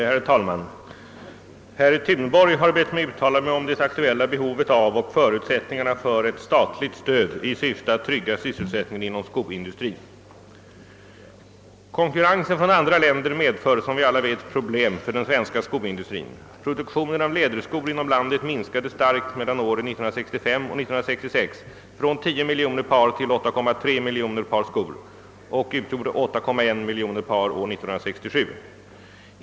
Herr talman! Herr Thunborg har bett mig uttala mig om det aktuella behovet av och förutsättningarna för ett statligt stöd i syfte att trygga sysselsättningen inom skoindustrin. Konkurrensen från andra länder medför som vi alla vet problem för den svenska skoindustrin. Produktionen av läderskor inom landet minskade starkt mellan åren 1965 och 1966 från 10 miljoner par till 8,3 miljoner par skor och utgjorde 8,1 miljoner par år 1967.